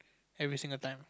have you seen the time